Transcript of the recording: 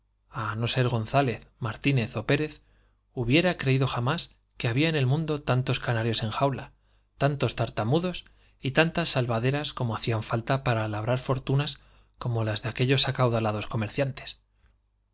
á no ser gonzález martínez ó pérez hubiera guno el mundo canarios jamás que había en tantos creído salvaderas como jaula tantos tartamudos tantas en y hacían falta para labrar fortunas como las de aquellos acaudalados comerciantes